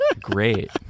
great